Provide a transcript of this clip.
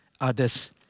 others